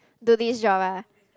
do this job ah